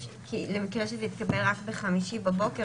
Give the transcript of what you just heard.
אולי למקרה שזה יתקבל רק ביום חמישי בבוקר,